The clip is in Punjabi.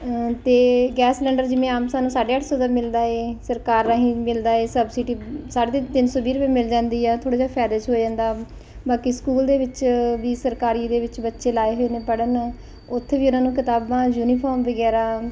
ਅਤੇ ਗੈਸ ਸਿਲਿੰਡਰ ਜਿਵੇਂ ਆਮ ਸਾਨੂੰ ਸਾਢੇ ਅੱਠ ਸੌ ਦਾ ਮਿਲਦਾ ਹੈ ਸਰਕਾਰ ਰਾਹੀਂ ਮਿਲਦਾ ਹੈ ਸਬਸਿਡੀ ਸਾਢੇ ਤਿੰਨ ਤਿੰਨ ਸੌ ਵੀਹ ਰੁਪਏ ਮਿਲ ਜਾਂਦੀ ਆ ਥੋੜ੍ਹਾ ਜਿਹਾ ਫਾਇਦੇ 'ਚ ਹੋ ਜਾਂਦਾ ਬਾਕੀ ਸਕੂਲ ਦੇ ਵਿੱਚ ਵੀ ਸਰਕਾਰੀ ਦੇ ਵਿੱਚ ਬੱਚੇ ਲਾਏ ਹੋਏ ਨੇ ਪੜ੍ਹਨ ਉੱਥੇ ਵੀ ਉਹਨਾਂ ਨੂੰ ਕਿਤਾਬਾਂ ਯੂਨੀਫਾਰਮ ਵਗੈਰਾ